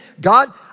God